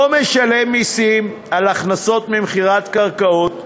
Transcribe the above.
לא משלם מסים על הכנסות ממכירת קרקעות,